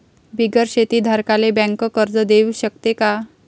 बिगर शेती धारकाले बँक कर्ज देऊ शकते का?